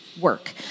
work